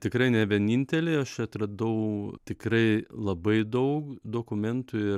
tikrai ne vieninteliai aš atradau tikrai labai daug dokumentų ir